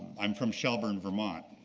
i'm from shelburne, vermont,